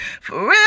Forever